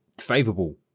favourable